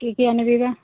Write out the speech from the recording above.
কি কি আনিবি বা